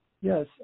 Yes